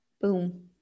boom